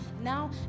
Now